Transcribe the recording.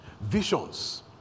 Visions